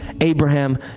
abraham